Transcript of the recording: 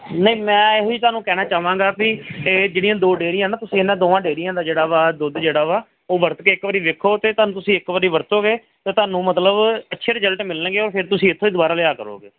ਨਹੀਂ ਮੈਂ ਇਹ ਹੀ ਤੁਹਾਨੂੰ ਕਹਿਣਾ ਚਾਹਵਾਂਗਾ ਵੀ ਇਹ ਜਿਹੜੀਆਂ ਦੋ ਡੇਅਰੀਆਂ ਨਾ ਤੁਸੀਂ ਇਹਨਾਂ ਦੋਹਾਂ ਡੇਅਰੀਆਂ ਦਾ ਜਿਹੜਾ ਵਾ ਦੁੱਧ ਜਿਹੜਾ ਵਾ ਉਹ ਵਰਤ ਕੇ ਇੱਕ ਵਾਰ ਵੇਖੋ ਤੇ ਤੁਹਾਨੂੰ ਤੁਸੀਂ ਇੱਕ ਵਾਰ ਵਰਤੋਗੇ ਤਾਂ ਤੁਹਾਨੂੰ ਮਤਲਬ ਅੱਛੇ ਰਿਜਲਟ ਮਿਲਣਗੇ ਉਹ ਫਿਰ ਤੁਸੀਂ ਇੱਥੋਂ ਦੁਬਾਰਾ ਲਿਆ ਕਰੋਗੇ